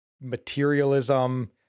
materialism